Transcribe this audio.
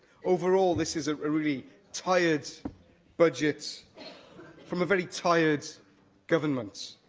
overall, this is a really tired budget from a very tired government.